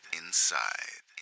inside